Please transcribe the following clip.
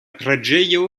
preĝejo